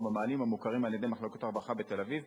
המוכרים על-ידי מחלקת הרווחה בתל-אביב.